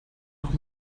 noch